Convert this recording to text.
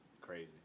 Crazy